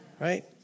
Right